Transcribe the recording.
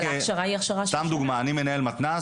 כמנהל מתנ"ס,